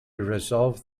resolve